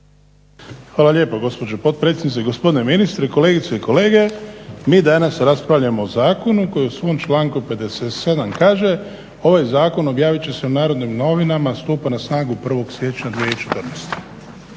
Hvala lijepa gospođo potpredsjednice. Gospodine ministre, kolegice i kolege. Mi danas raspravljamo o zakonu koji u svom članku 57. kaže: ovaj zakon objavit će se u Narodnim novinama, stupa na snagu 1. siječnja 2014.